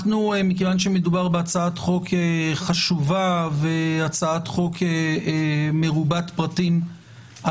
מכיוון שמדובר בהצעת חוק חשובה ומרובת פרטים,